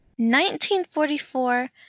1944